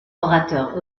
orateur